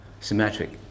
symmetric